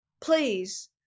please